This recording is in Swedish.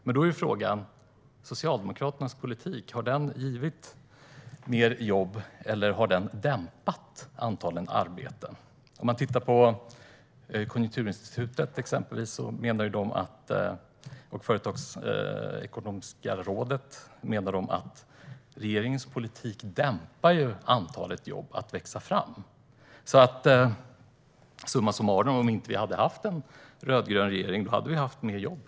Men då är frågan: Har Socialdemokraternas politik givit fler jobb, eller har den dämpat antalet arbeten? Man kan titta på exempelvis Konjunkturinstitutet och Företagsekonomiska rådet. De menar att regeringens politik dämpar antalet jobb som växer fram. Summa summarum: Om vi inte hade haft en rödgrön regering hade vi haft fler jobb.